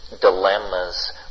dilemmas